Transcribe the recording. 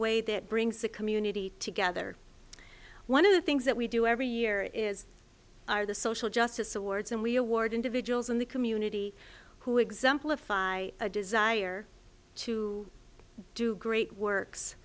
way that brings the community together one of the things that we do every year is are the social justice awards and we award individuals in the community who exemplify a desire to do great works